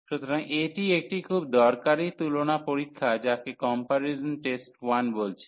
সুতরাং এটি একটি খুব দরকারী তুলনা পরীক্ষা যাকে কম্পারিজন টেস্ট 1 বলছি